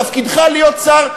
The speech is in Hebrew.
תפקידך להיות שר,